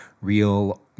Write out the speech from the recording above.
real